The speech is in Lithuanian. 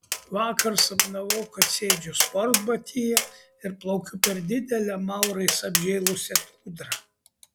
vakar sapnavau kad sėdžiu sportbatyje ir plaukiu per didelę maurais apžėlusią kūdrą